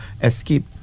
escape